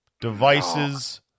Devices